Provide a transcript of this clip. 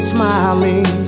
smiling